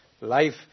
Life